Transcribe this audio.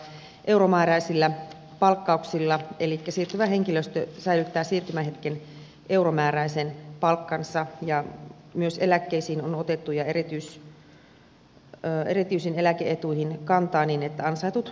uusi virasto aloittaa euromääräisillä palkkauksilla elikkä siirtyvä henkilöstö säilyttää siirtymähetken euromääräisen palkkansa ja myös erityisiin eläke etuihin on otettu kantaa niin että ansaitut eläkkeet turvataan